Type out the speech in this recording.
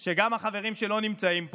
מאוד שגם החברים שלא נמצאים פה,